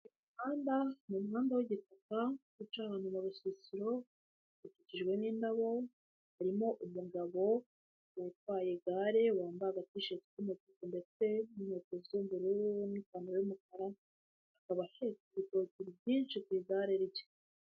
Umuhanda ni umuhanda w'igitaka uca ahantu mu rususiro hakikijwe n'indabo, harimo umugabo utwaye igare, wambaye agatisheti k'umutuku ndetse n'inkweto zuburur nipantaro yumukara akaba ahetse ibitoki byinshi ku igare rye.